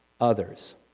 others